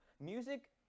music